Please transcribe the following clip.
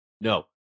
No